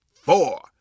four